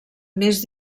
més